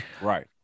right